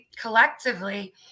Collectively